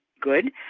good